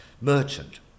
Merchant